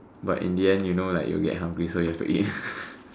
but in the end you know like you will get hungry so you have to eat